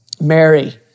Mary